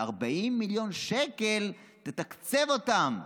וב-40 מיליון שקל תתקצב אותם.